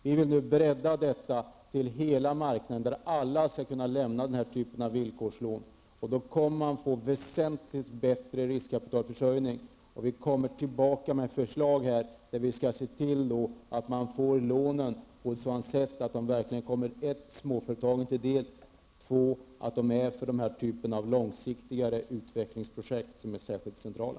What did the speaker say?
Vi vill nu bredda detta till att gälla hela marknaden så att alla skall kunna lämna denna typ av villkorslån. Riskkapitalförsörjningen kommer då att bli väsentligt bättre. Vi kommer att återvända till riksdagen med förslag på hur vi skall se till att lånen verkligen kommer småföretagen till del och att de avser denna typ av långsiktigare utvecklingsprojekt, som är särskilt centrala.